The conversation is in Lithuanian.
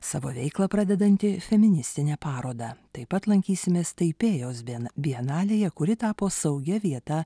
savo veiklą pradedantį feministine paroda taip pat lankysimės taipėjaus bėn bienalėje kuri tapo saugia vieta